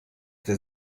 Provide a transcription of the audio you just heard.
der